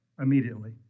immediately